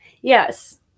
Yes